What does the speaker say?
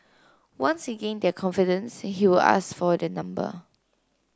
once he gained their confidence he would ask for their number